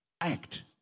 Act